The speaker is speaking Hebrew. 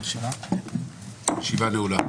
הישיבה נעולה.